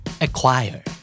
Acquire